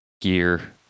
gear